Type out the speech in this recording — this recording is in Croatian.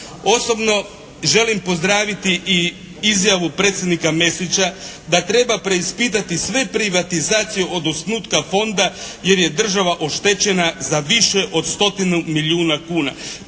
Osobno želim pozdraviti i izjavu predsjednika Mesića da treba preispitati sve privatizacije od osnutka fonda jer je država oštećena za više od 100 milijuna kuna,